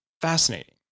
fascinating